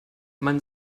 man